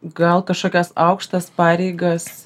gal kažkas aukštas pareigas